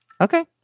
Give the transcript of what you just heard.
Okay